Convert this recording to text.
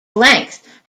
length